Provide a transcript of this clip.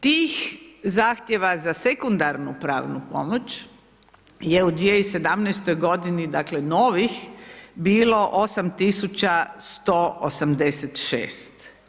Tih zahtjeva za sekundarnu pravnu pomoć je u 2017. g. dakle, novih bilo 8186.